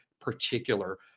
particular